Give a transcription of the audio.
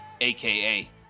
aka